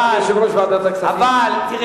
את זה